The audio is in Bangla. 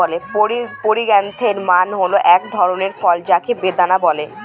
পমিগ্রেনেট মানে হল এক ধরনের ফল যাকে বেদানা বলে